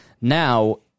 now